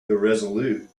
irresolute